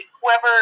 whoever